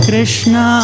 Krishna